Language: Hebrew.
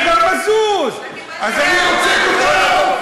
אני גם, מזוז, אז אני רוצה כותרות.